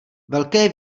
velké